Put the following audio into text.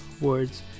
words